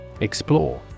Explore